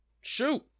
shoot